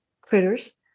critters